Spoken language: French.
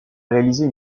réalisé